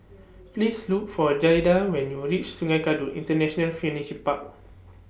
Please Look For Jayda when YOU REACH Sungei Kadut International Furniture Park